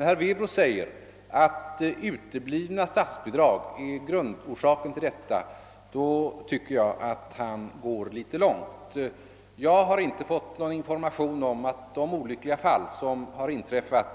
När herr Werbro säger att uteblivna statsbidrag är grundorsaken till denna situation, går han enligt min mening li tet för långt. Jag har inte fått någon information om att de olyckliga fall som inträffat